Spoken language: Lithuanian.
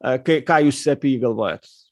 a k ką jūs apie jį galvojat